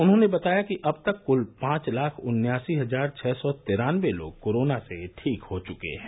उन्होंने बताया कि अब तक क्ल पांच लाख उन्वासी हजार छः सौ तिरान्नबे लोग कोरोना से ठीक हो चुके हैं